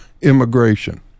immigration